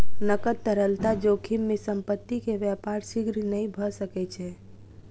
नकद तरलता जोखिम में संपत्ति के व्यापार शीघ्र नै भ सकै छै